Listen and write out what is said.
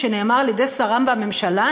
כשנאמר על-ידי שרה בממשלה,